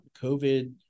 COVID